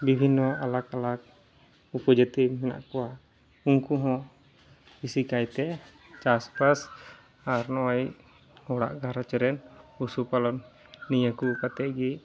ᱵᱤᱵᱷᱤᱱᱱᱚ ᱟᱞᱟᱠᱼᱟᱞᱟᱠ ᱩᱯᱚᱡᱟᱹᱛᱤ ᱢᱮᱱᱟᱜ ᱠᱚᱣᱟ ᱩᱝᱠᱚᱦᱚᱸ ᱵᱤᱥᱤᱠᱟᱭᱛᱮ ᱪᱟᱥᱵᱟᱥ ᱟᱨ ᱱᱚᱜᱼᱚᱸᱭ ᱚᱲᱟᱜ ᱜᱷᱟᱨᱚᱸᱡᱽ ᱨᱮ ᱯᱚᱥᱩᱯᱟᱞᱚᱱ ᱱᱤᱭᱟᱹᱠᱚ ᱠᱟᱛᱮᱫ ᱜᱮ